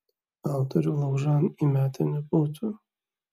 autorių laužan įmetę nebūtų